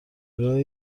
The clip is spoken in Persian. راه